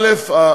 א.